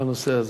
לנושא הזה.